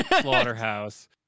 slaughterhouse